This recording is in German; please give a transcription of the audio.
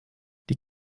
die